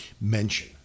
mention